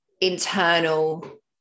internal